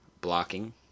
blocking